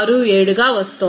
667 గా వస్తోంది